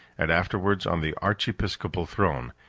and afterwards on the archiepiscopal throne,